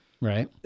right